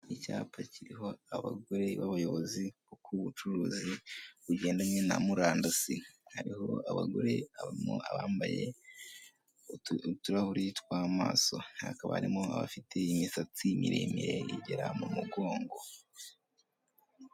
Icyapa kiriho abagore b'abayobozi bubucuruzi bugendanye na murandasi hariho abagore bambaye uturahuri tw'amaso hakaba harimo abafite imisatsi miremire igera mu mugongo .